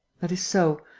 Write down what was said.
that is so.